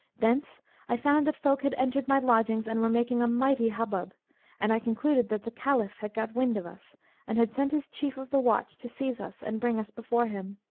thence i found that folk had entered my lodgings and were making a mighty hubbub and i concluded that the caliph had got wind of us and had sent his chief of the watch to seize us and bring us before him.